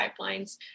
pipelines